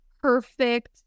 perfect